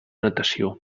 natació